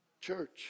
Church